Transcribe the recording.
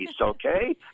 okay